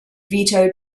vito